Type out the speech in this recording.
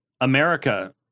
America